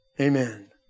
Amen